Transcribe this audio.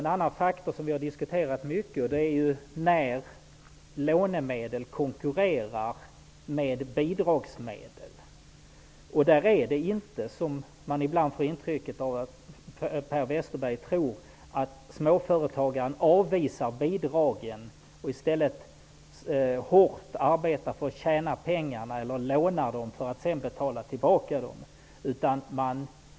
En annan faktor som vi diskuterar mycket är när lånemedel konkurrerar med bidragsmedel. Det är inte så att småföretagaren avvisar bidrag och i stället arbetar hårt för att tjäna pengar eller lånar dem för att sedan betala tillbaka. Man får ibland intrycket att Per Westerberg tror det.